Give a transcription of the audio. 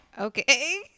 Okay